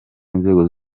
inzego